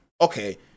okay